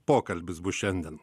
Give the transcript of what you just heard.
pokalbis bus šiandien